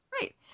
Right